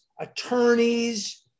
attorneys